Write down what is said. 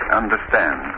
understand